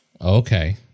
Okay